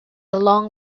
long